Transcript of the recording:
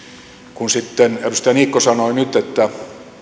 kun sitten edustaja niikko sanoi nyt että